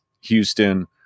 Houston